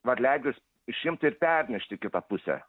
varliagyvius išimti ir pernešti į kitą pusę